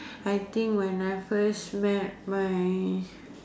I think when I first met my